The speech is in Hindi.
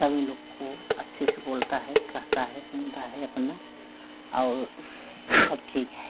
सभी लोग को अच्छे से बोलता है कहता है सुनता है अपना और सब ठीक है